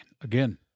again